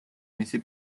მისი